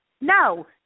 No